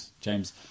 James